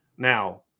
Now